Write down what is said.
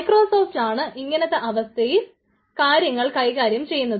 Microsoft ആണ് ഇങ്ങനെത്തെ അവസ്ഥയിൽ കാര്യങ്ങൾ കൈകാര്യം ചെയ്യുന്നത്